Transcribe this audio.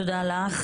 תודה רבה.